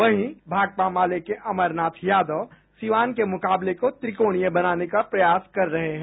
वहीं भाकपा माले के अमरनाथ यादव सिवान के मुकाबले को त्रिकोणीय बनाने का प्रयास कर रहे हैं